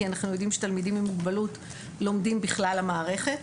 כי אנחנו יודעים שתלמידים עם מוגבלות לומדים בכלל המערכת,